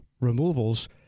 removals